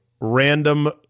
random